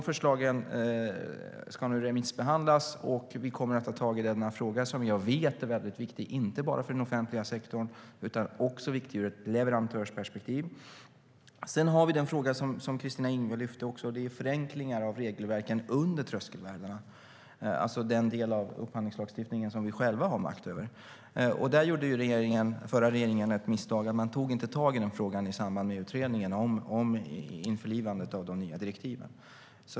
Förslagen ska nu remissbehandlas, och vi kommer att ta tag i denna fråga som jag vet är viktig inte bara för den offentliga sektorn utan också ur ett leverantörsperspektiv. Den fråga som Kristina Yngwe också lyfte fram handlar om förenklingar av regelverken under tröskelvärdena, alltså den del av upphandlingslagstiftningen som vi själva har makt över. Den förra regeringen begick ett misstag när man inte tog tag i frågan i samband med utredningen om införlivandet av de nya direktiven.